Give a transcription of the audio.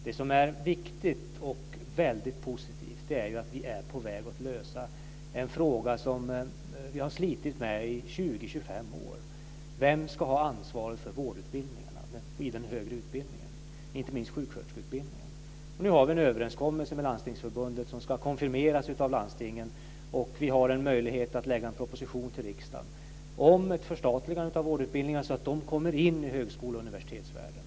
Det som är viktigt och väldigt positivt är att vi är på väg att lösa en fråga som vi har slitit med i 20-25 år; vem som ska ha ansvaret för vårdutbildningarna i den högre utbildningen, inte minst sjuksköterskeutbildningen. Nu har vi en överenskommelse med Landstingsförbundet som ska konfirmeras av landstingen. Och vi har en möjlighet att lägga fram en proposition till riksdagen om ett förstatligande av vårdutbildningarna, så att de kommer in i högskoleoch universitetsvärlden.